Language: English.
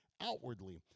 outwardly